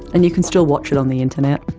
and you can still watch it on the internet.